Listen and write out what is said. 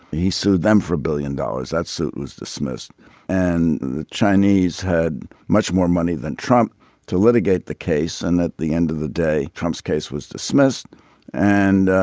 he sued them for a billion dollars. that suit was dismissed and the chinese had much more money than trump to litigate the case and at the end of the day trump's case was dismissed and